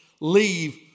leave